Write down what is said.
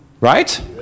Right